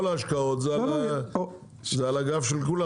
כל ההשקעות זה על הגב של כולם.